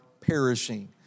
perishing